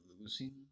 losing